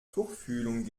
tuchfühlung